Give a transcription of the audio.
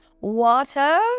water